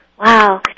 Wow